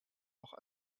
auch